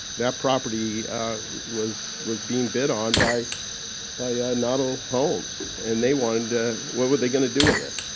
that property was was being bid on by by noddle homes and they wanted to what were they going to do with it?